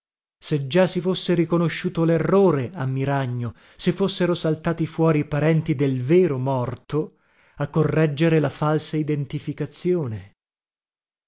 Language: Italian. se già si fosse riconosciuto lerrore a miragno se fossero saltati fuori i parenti del vero morto a correggere la falsa identificazione